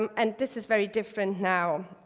um and this is very different now.